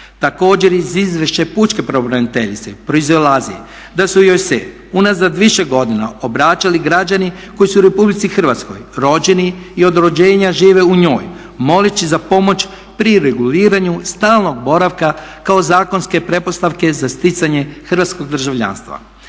Također iz izvješća pučke pravobraniteljice proizlazi da su joj se unazad više godina obraćali građani koji su u RH rođeni i od rođenja žive u njoj moleći za pomoć pri reguliranju stalnog boravka kao zakonske pretpostavke za sticanje hrvatskog državljanstva.